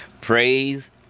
Praise